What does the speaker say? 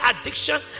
addiction